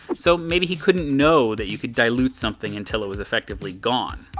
so maybe he couldn't know that you could dilute something until it was effectively gone.